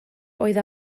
oedd